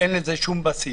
אין לזה שום בסיס.